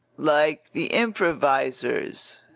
like the improvisers!